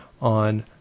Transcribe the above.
on